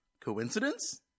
Coincidence